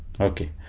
Okay